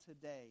today